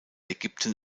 ägypten